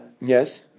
Yes